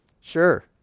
sure